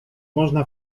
można